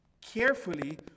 carefully